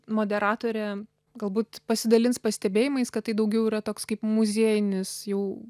moderatorė galbūt pasidalins pastebėjimais kad tai daugiau yra toks kaip muziejinis jau